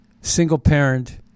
single-parent